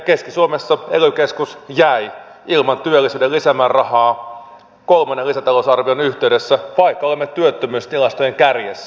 keski suomessa ely keskus jäi ilman työllisyyden lisämäärärahaa kolmannen lisätalousarvion yhteydessä vaikka olemme työttömyystilastojen kärjessä